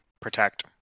protect